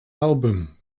album